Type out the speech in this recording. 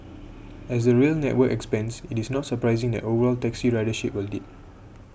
as the rail network expands it is not surprising that overall taxi ridership will dip